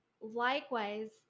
Likewise